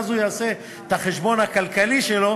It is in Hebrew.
ואז הוא יעשה את החשבון הכלכלי שלו